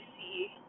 see